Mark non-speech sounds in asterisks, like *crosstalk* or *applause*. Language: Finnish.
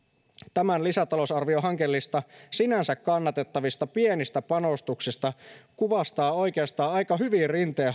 tämän lisätalousarvion hankelista sinänsä kannatettavista pienistä panostuksista kuvastaa oikeastaan aika hyvin rinteen *unintelligible*